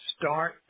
Start